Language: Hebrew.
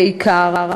בעיקר,